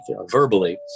verbally